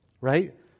right